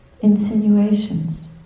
insinuations